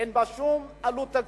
אין בה שום עלות תקציבית,